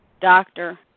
doctor